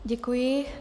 Děkuji.